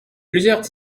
plusieurs